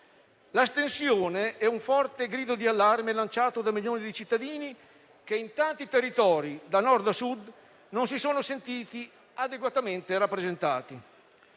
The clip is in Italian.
l'astensione è un forte grido di allarme lanciato da milioni di cittadini che in tanti territori, da Nord a Sud, non si sono sentiti adeguatamente rappresentati.